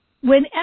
Whenever